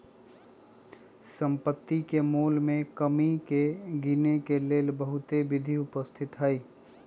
सम्पति के मोल में कमी के गिनेके लेल बहुते विधि उपस्थित हई